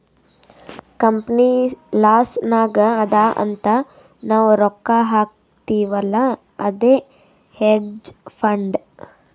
company loss ನಾಗ್ ಅದಾ ಅಂತ್ ನಾವ್ ರೊಕ್ಕಾ ಹಾಕ್ತಿವ್ ಅಲ್ಲಾ ಅದೇ ಹೇಡ್ಜ್ ಫಂಡ್